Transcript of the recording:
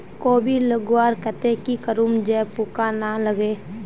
कोबी लगवार केते की करूम जे पूका ना लागे?